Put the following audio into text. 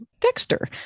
Dexter